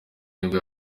nibwo